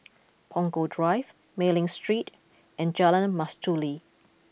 Punggol Drive Mei Ling Street and Jalan Mastuli